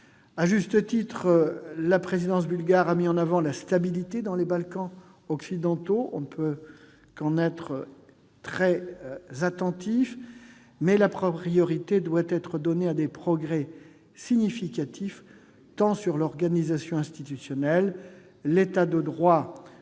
À juste titre, la présidence bulgare a mis en avant la stabilité dans les Balkans occidentaux. Nous y sommes très attentifs. Toutefois, la priorité doit être donnée à des progrès significatifs, tant sur l'organisation institutionnelle, l'État de droit,